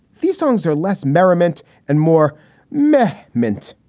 these songs are less merriment and more may mint.